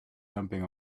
jumping